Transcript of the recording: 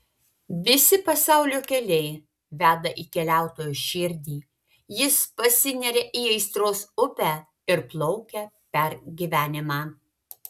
visi pasaulio keliai veda į keliautojo širdį jis pasineria į aistros upę ir plaukia per gyvenimą